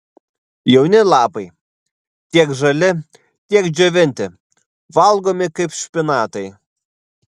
jauni lapai tiek žali tiek džiovinti valgomi kaip špinatai